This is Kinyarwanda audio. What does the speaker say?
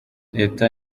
leta